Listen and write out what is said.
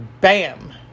Bam